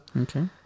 Okay